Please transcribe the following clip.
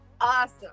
awesome